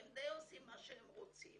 והם די עושים מה שהם רוצים